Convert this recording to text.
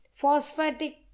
phosphatic